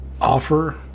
offer